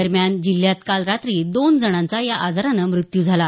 दरम्यान जिल्ह्यात काल रात्री दोन जणांचा या आजारानं मृत्यू झाला